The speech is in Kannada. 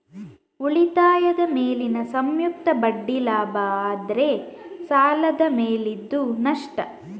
ಉಳಿತಾಯದ ಮೇಲಿನ ಸಂಯುಕ್ತ ಬಡ್ಡಿ ಲಾಭ ಆದ್ರೆ ಸಾಲದ ಮೇಲಿದ್ದು ನಷ್ಟ